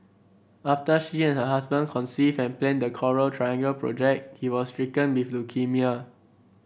after she and her husband conceived and planned the Coral Triangle project he was stricken with leukaemia